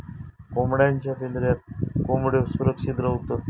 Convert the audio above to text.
कोंबड्यांच्या पिंजऱ्यात कोंबड्यो सुरक्षित रव्हतत